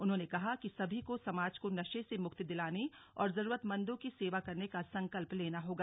उन्होंने कहा कि सभी को समाज को नशे से मुक्ति दिलाने और जरूरतमंदों की सेवा करने का संकल्प लेना होगा